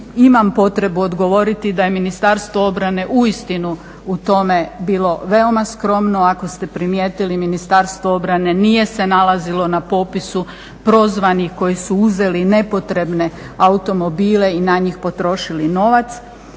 imam potrebu odgovoriti da je Ministarstvo obrane uistinu u tome bilo veoma skromno. Ako ste primijetili Ministarstvo obrane nije se nalazilo na popisu prozvanih koji su uzeli nepotrebne automobile i na njih potrošili novac,